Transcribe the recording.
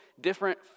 different